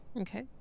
Okay